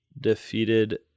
defeated